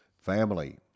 family